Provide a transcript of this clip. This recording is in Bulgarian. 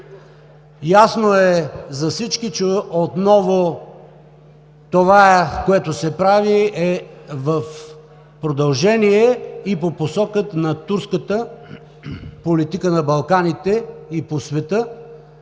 Ясно е за всички, че отново това, което се прави, е в продължение и по посока на турската политика на Балканите и по света